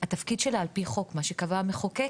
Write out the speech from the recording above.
התפקיד שלה על פי חוק מה שקבע המחוקק,